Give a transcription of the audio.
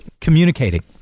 communicating